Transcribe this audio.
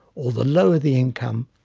or the lower the income,